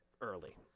early